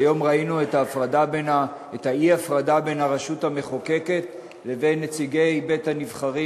והיום ראינו את האי-הפרדה בין הרשות המחוקקת לבין נציגי בית-הנבחרים.